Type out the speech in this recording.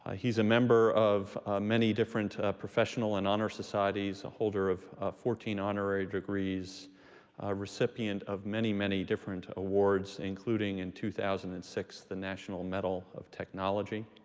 ah he's a member of many different professional and honor societies, a holder of fourteen honorary degrees, a recipient of many, many different awards, including, in two thousand and six, the national medal of technology.